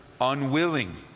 unwilling